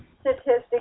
statistics